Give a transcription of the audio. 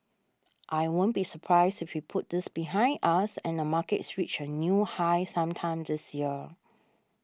I won't be surprised if we put this behind us and the markets reach a new high sometime this year